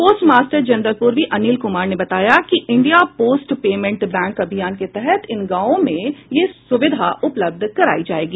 postmaster general पूर्वी अनिल कुमार ने बताया कि इंडिया पोस्ट पेमेंट बैंक अभियान के तहत इन गांवों में यह सुविधा उपलब्ध करायी जायेगी